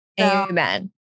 Amen